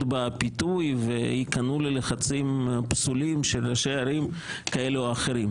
בפיתוי וייכנעו ללחצים פסולים של ראשי ערים כאלה או אחרים.